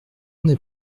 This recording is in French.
n’est